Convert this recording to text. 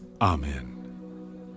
Amen